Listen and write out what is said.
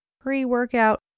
pre-workout